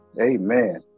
amen